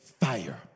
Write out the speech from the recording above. fire